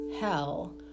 hell